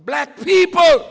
black people